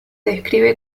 describe